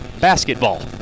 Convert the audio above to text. basketball